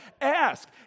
Ask